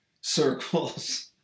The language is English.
circles